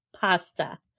pasta